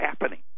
happening